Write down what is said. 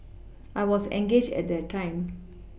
I was engaged at that time